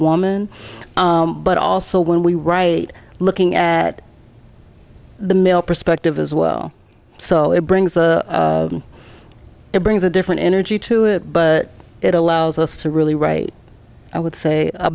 woman but also when we write looking at the male perspective as well so it brings it brings a different energy to it but it allows us to really write i would say a